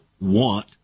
want